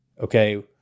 Okay